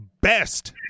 best